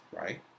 right